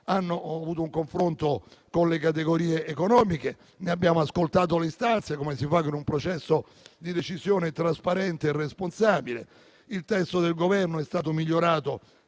hanno avuto un confronto con le categorie economiche, di cui abbiamo ascoltato le istanze come si fa in un processo di decisione trasparente e responsabile. Il testo del Governo è stato migliorato